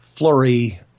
Flurry